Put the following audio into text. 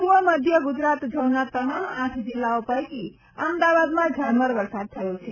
પૂર્વ મધ્ય ગુજરાત ઝોનના તમામ આઠ જિલ્લાઓ પૈકી અમદાવાદમાં ઝરમર વરસાદ વરસ્યો છે